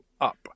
up